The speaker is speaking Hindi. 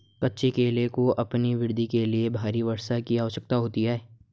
कच्चे केले को अपनी वृद्धि के लिए भारी वर्षा की आवश्यकता होती है